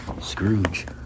Scrooge